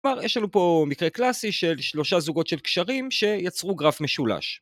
כלומר, יש לנו פה מקרה קלאסי של שלושה זוגות של קשרים שיצרו גרף משולש.